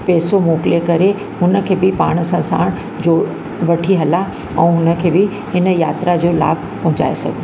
पैसो मोकिले करे हुन खे बि पाण सां साण जो वठी हलां ऐं हुन खे बि हिन यात्रा जो लाभ पहुचाए सघूं